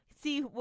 See